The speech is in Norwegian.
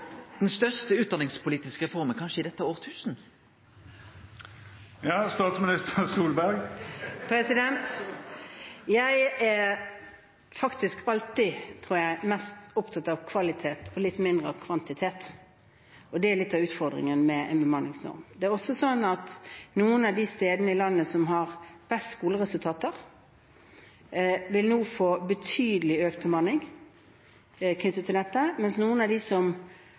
den største utdanningspolitiske reforma i dette årtusen. Jeg er alltid – tror jeg – mest opptatt av kvalitet og litt mindre av kvantitet. Det er litt av utfordringen med en bemanningsnorm. Det er også sånn at noen av de stedene i landet som har best skoleresultater, nå vil få betydelig økt bemanning knyttet til dette, mens noen av dem som